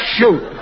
Shoot